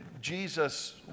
Jesus